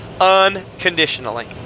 unconditionally